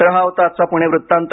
तर हा होता आजचा पुणे वृत्तांत